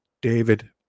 David